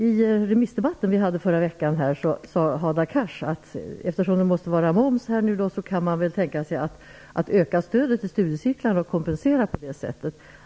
I remissdebatten som vi hade här förra veckan sade Hadar Cars att eftersom det nu måste vara moms på studiecirklar kan man väl tänka sig att öka stödet till studiecirklarna och på det sättet kompensera.